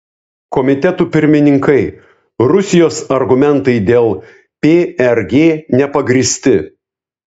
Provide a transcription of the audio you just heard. komitetų pirmininkai rusijos argumentai dėl prg nepagrįsti